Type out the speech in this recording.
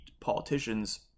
Politicians